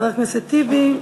חבר הכנסת טיבי,